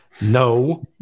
No